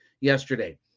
yesterday